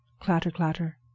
clatter-clatter